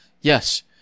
yes